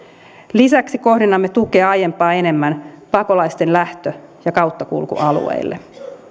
lisäksi kohdennamme tukea aiempaa enemmän pakolaisten lähtö ja kauttakulkualueille